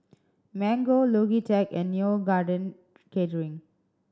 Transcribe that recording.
Mango Logitech and Neo Garden Catering